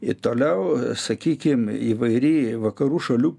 i toliau sakykim įvairi vakarų šalių